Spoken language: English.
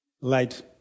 light